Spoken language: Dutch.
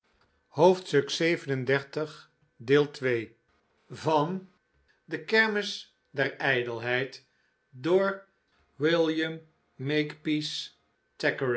i oclocrooococoocococooclf de kermis der ijdelheid van william